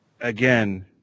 again